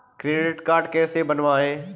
Credit card कैसे बनवाएँ?